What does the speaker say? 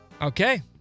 Okay